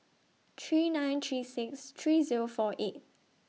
three nine three six three Zero four eight